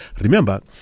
Remember